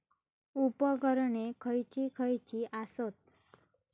उपकरणे खैयची खैयची आसत?